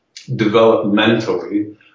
developmentally